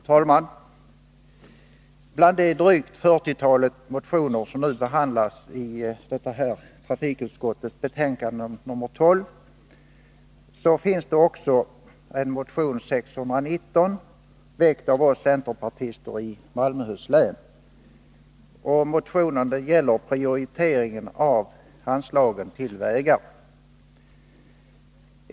Fru talman! Bland de drygt 40 motioner som behandlas i trafikutskottets betänkande 1982 83:619 väckt av oss centerpartister i Malmöhus län. Motionen gäller prioriteringen av anslagen till vägar.